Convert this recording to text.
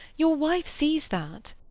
your wife sees that.